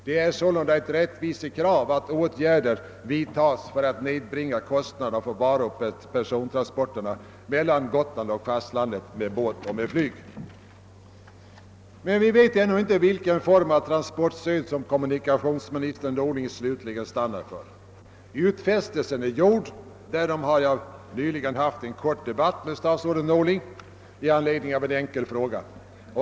Det är sålunda ett rättvisekrav att åtgärder vidtas för att nedbringa kostnaderna för varuoch persontransporterna mellan Gotland och fastlandet med båt och med flyg. Vi vet ännu inte vilken form av transportstöd som :kommunikationsminister Norling till slut stannar för. Utfästelsen är gjord, därom har jag nyligen haft en kort debatt med statsrådet i anledning av en enkel fråga.